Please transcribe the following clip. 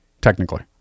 technically